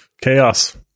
Chaos